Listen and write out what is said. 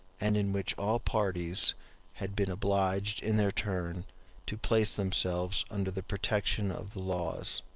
and in which all parties had been obliged in their turn to place themselves under the protection of the laws,